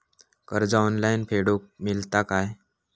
कर्ज ऑनलाइन फेडूक मेलता काय?